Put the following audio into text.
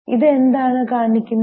ഇത് എന്താണ് കാണിക്കുന്നത്